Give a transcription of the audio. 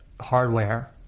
hardware